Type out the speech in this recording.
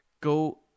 Go